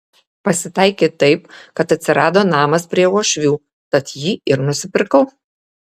pasitaikė taip kad atsirado namas prie uošvių tad jį ir nusipirkau